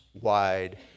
wide